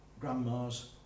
grandmas